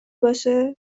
باشه